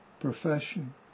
profession